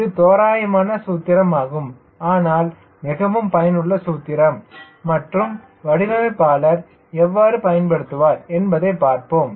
இது ஒரு தோராயமான சூத்திரம் ஆகும் ஆனால் மிகவும் பயனுள்ள சூத்திரம் மற்றும் வடிவமைப்பாளர் எவ்வாறு பயன்படுத்துவார் என்பதைப் பார்ப்போம்